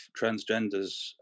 transgenders